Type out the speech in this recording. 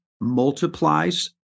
multiplies